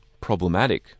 problematic